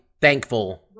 thankful